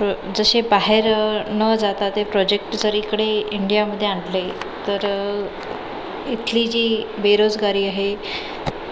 pro जसे बाहेर न जाता ते प्रोजेक्ट जर इकडे इंडियामध्ये आणले तर इथली जी बेरोजगारी आहे